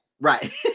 Right